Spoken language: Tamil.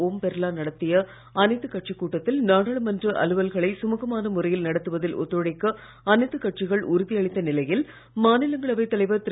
ஓம் பிர்லா நடத்திய அனைத்துக் கட்சிக் கூட்டத்தில் நாடாளுமன்ற அலுவல்களை சுமுகமான முறையில் நடத்துவதில் ஒத்துழைக்க அனைத்துக் கட்சிகள் உறுதியளித்த நிலையில் மாநிலங்களவை தலைவர் திரு